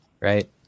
right